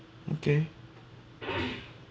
okay